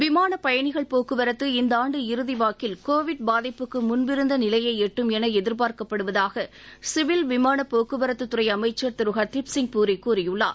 விமாளப் பயணிகள் போக்குவரத்து இந்த ஆண்டு இறுதிவாக்கில் கோவிட் பாதிப்புக்கு முன்பிருந்த நிலையை எட்டும் என எதிர்பார்க்கப்படுவதாக சிவில் விமானப் போக்குவரத்துத்துறை அமைச்சர் திரு ஹர்தீப்சிங் பூரி கூறியுள்ளார்